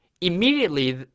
Immediately